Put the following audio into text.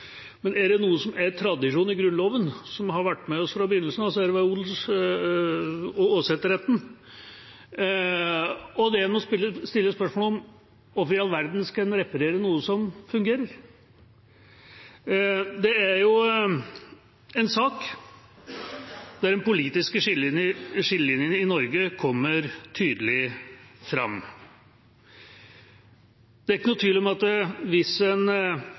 Men er det noe som er tradisjon i Grunnloven, og som har vært med oss fra begynnelsen av, er det vel odels- og åsetesretten. Det en må stille spørsmål om, er: Hvorfor i all verden skal en reparere noe som fungerer? Dette er en sak der de politiske skillelinjene i Norge kommer tydelig fram. Det er ikke noen tvil om at hvis en